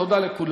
תודה לכולם.